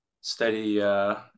steady